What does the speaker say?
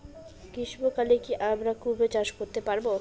গ্রীষ্ম কালে কি আমরা কুমরো চাষ করতে পারবো?